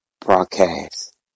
Broadcast